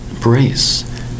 Brace